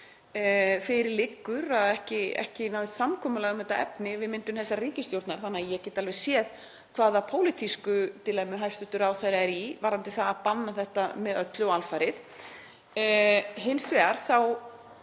Fyrir liggur að ekki náðist samkomulag um þetta efni við myndun þessarar ríkisstjórnar þannig að ég get alveg séð hvaða pólitísku dilemmu hæstv. ráðherra er í varðandi það að banna þetta með öllu og alfarið. Hins vegar